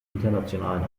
internationalen